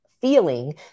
feeling